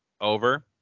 Over